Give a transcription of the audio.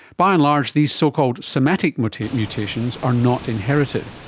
by and large these so-called somatic mutations mutations are not inherited.